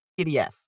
PDF